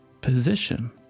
position